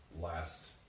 last